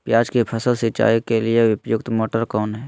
प्याज की फसल सिंचाई के लिए उपयुक्त मोटर कौन है?